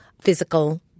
physical